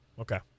Okay